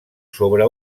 sobre